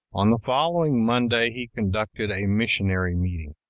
on the following monday he conducted a missionary meeting.